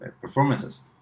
performances